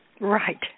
Right